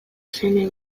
seme